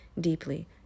deeply